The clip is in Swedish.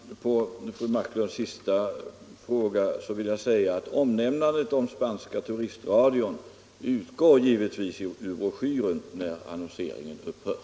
Herr talman! På fru Marklunds sista fråga vill jag svara att omnämnandet av den spanska turistradion givetvis utgår ur broschyren, när annonseringen upphör.